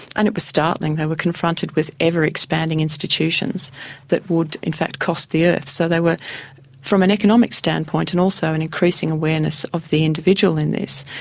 and it was startling. they were confronted with ever-expanding institutions that would in fact cost the earth. so they were from an economic standpoint and also an increasing awareness of the individual in this,